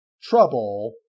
trouble